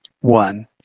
One